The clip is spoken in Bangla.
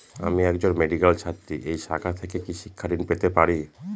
আমি একজন মেডিক্যাল ছাত্রী এই শাখা থেকে কি শিক্ষাঋণ পেতে পারি?